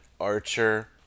Archer